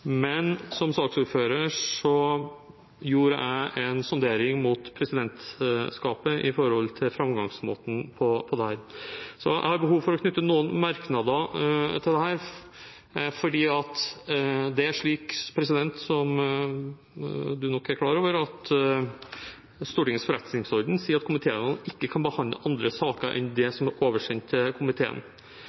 men som saksordfører gjorde jeg en sondering med presidentskapet om framgangsmåten for dette. Så jeg har behov for å knytte noen merknader til dette, fordi det er slik, som presidenten nok er klar over, at Stortingets forretningsorden sier at komiteene ikke kan behandle andre saker enn det som er oversendt komiteen.